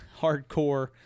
hardcore